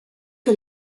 que